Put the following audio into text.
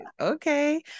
okay